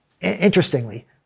interestingly